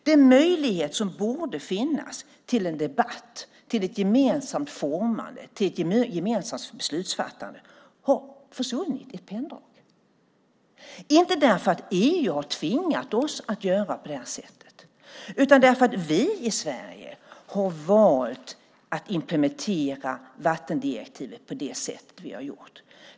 Den möjlighet som borde finnas till debatt, gemensamt formande och gemensamt beslutsfattande har försvunnit i ett penndrag. Inte därför att EU skulle ha tvingat oss att göra på det sättet, utan därför att vi i Sverige har valt att implementera vattendirektivet på det sätt vi har gjort.